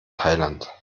thailand